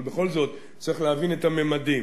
אבל בכל זאת צריך להבין את הממדים,